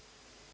Hvala.